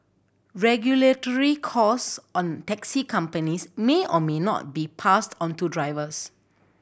regulatory cost on taxi companies may or may not be passed onto drivers